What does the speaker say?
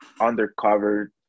undercover